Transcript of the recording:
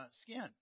skin